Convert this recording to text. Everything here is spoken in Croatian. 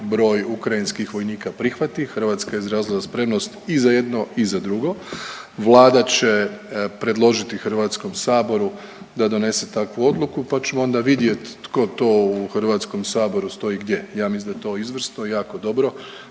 Hrvatska je izrazila spremnost i za jedno i za drugo. Vlada će predložiti Hrvatskom saboru da donese takvu odluku, pa ćemo onda vidjeti tko to u Hrvatskom saboru stoji gdje. Ja mislim da je to izvrsno i jako dobro